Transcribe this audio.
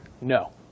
No